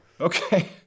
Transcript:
Okay